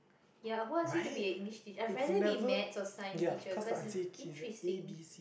ya who ask you to be a English teacher I rather be maths or science teacher cause it's interesting